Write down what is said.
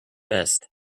best